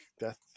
Death